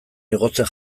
igotzen